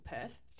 Perth